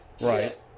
right